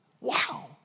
Wow